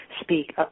speak